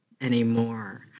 anymore